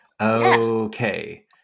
Okay